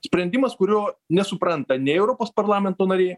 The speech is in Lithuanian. sprendimas kurio nesupranta nei europos parlamento nariai